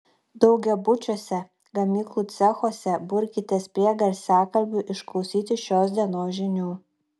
daugiabučiuose gamyklų cechuose burkitės prie garsiakalbių išklausyti šios dienos žinių